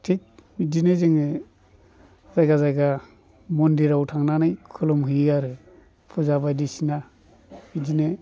थिख बिदिनो जोङो जायगा जायगा मन्दिराव थांनानै खुलुमहैयो आरो फुजा बायदिसिना बिदिनो